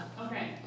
Okay